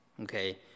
Okay